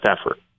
effort